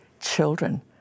children